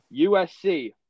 USC